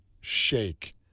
shake